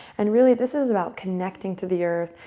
and really, this is about connecting to the earth,